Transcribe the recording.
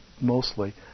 mostly